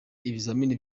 ibizamini